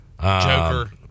joker